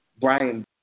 Brian